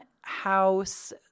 house